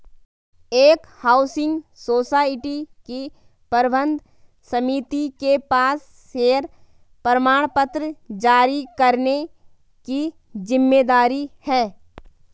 एक housing society की प्रबंध समिति के पास शेयर प्रमाणपत्र जारी करने की जिम्मेदारी है